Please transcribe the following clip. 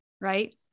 right